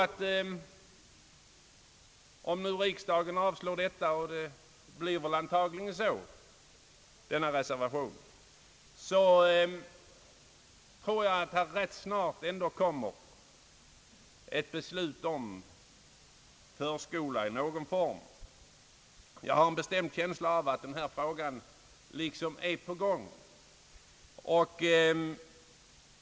Även om riksdagen avslår reservationen — och så blir förmodligen fallet — tror jag att vi tämligen snart får ett beslut om en förskola i någon form. Jag har en bestämd känsla av att denna fråga är på gång.